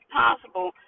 possible